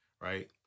right